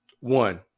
one